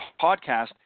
podcast